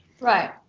Right